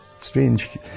Strange